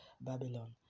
Babylon